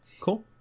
Cool